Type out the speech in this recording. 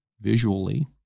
visually